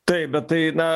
taip bet tai na